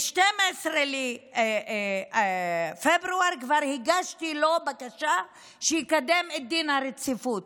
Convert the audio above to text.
ב-12 בפברואר כבר הגשתי לו בקשה שיקדם את דין הרציפות,